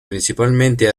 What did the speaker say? principalmente